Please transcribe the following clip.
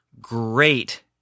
Great